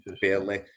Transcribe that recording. barely